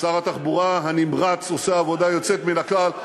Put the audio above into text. שר התחבורה הנמרץ עושה עבודה יוצאת מן הכלל,